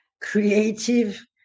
creative